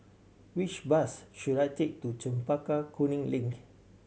which bus should I take to Chempaka Kuning Link